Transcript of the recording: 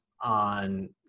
on